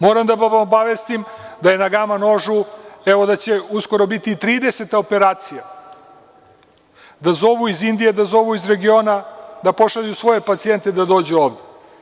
Moram da vas obavestim da će na gama nožu biti uskoro 30 operacija, da zovu iz Indije, da zovu iz regiona da pošalju svoje pacijente da dođu ovde.